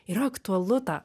yra aktualu tą